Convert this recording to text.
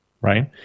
right